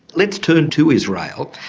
let's turn to israel.